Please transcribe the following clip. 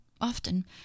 often